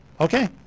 Okay